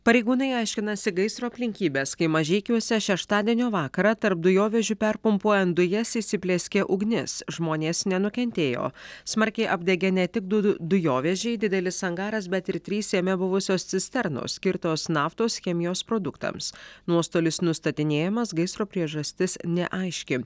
pareigūnai aiškinasi gaisro aplinkybes kai mažeikiuose šeštadienio vakarą tarp dujovežių perpumpuojant dujas įsiplieskė ugnis žmonės nenukentėjo smarkiai apdegė ne tik du dujovežiai didelis angaras bet ir trys jame buvusios cisternos skirtos naftos chemijos produktams nuostolis nustatinėjamas gaisro priežastis neaiški